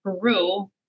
Peru